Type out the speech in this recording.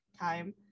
time